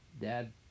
dad